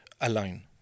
align